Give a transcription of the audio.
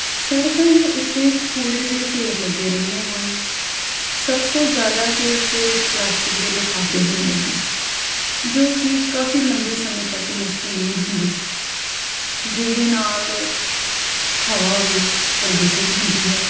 ਸੜਕਾਂ ਦੇ ਉੱਤੇ ਕੂੜੇ ਦੇ ਢੇਰ ਲੱਗੇ ਰਹਿੰਦੇ ਹਨ ਸਭ ਤੋਂ ਜ਼ਿਆਦਾ ਤਾਂ ਉਸ ਦੇ ਵਿੱਚ ਪਲਾਸਟਿਕ ਦੇ ਲਿਫਾਫੇ ਹੁੰਦੇ ਹਨ ਜੋ ਕਿ ਕਾਫੀ ਲੰਬੇ ਸਮੇਂ ਤੱਕ ਨਸ਼ਟ ਨਹੀਂ ਹੁੰਦੇ ਜਿਹਦੇ ਨਾਲ ਹਵਾ ਵੀ ਪ੍ਰਦੂਸ਼ਿਤ ਹੁੰਦੀ ਹੈ